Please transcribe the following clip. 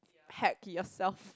hack yourself